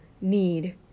Need